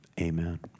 Amen